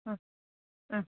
ಹ್ಞೂ ಹ್ಞೂ